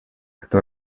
кто